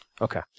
Okay